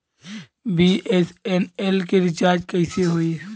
BSNL के recharge कैसे होयी?